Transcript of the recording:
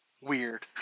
weird